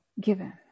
given